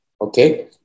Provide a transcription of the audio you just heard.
Okay